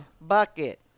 Bucket